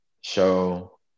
show